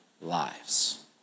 lives